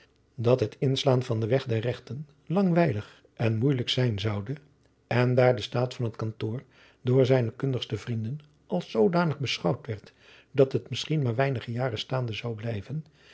dat het inslaan van den weg van regten langwijlig en moeijelijk zijn zoude en daar de staat van het kantoor door zijne kundigste vrienden als zoodanig beschouwd werd dat het misschien maar weinige jaren staande zou blijven